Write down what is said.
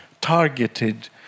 targeted